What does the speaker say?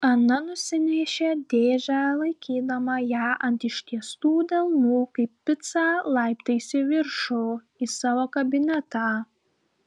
ana nusinešė dėžę laikydama ją ant ištiestų delnų kaip picą laiptais į viršų į savo kabinetą